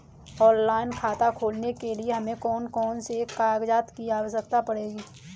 Online खाता खोलने के लिए हमें कौन कौन से कागजात की आवश्यकता पड़ेगी?